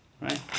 Right